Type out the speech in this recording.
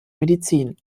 medizin